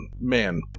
Man